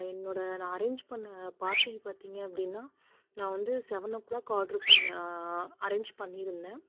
என்னோடய நான் அரேஞ்ச் பண்ண பார்ட்டி பார்த்தீங்க அப்படின்னா நான் வந்து செவன் ஓ கிளாக் ஆர்டர் பண்ணேன் அரேஞ்ச் பண்ணியிருந்தேன்